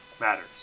matters